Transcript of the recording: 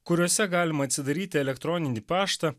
kuriuose galima atsidaryti elektroninį paštą